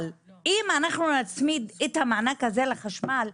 אם אנחנו נצמיד את המענק הזה לחשמל,